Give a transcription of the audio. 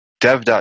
Dev